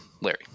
Larry